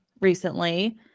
recently